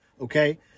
Okay